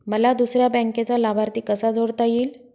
मला दुसऱ्या बँकेचा लाभार्थी कसा जोडता येईल?